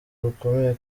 rukomeye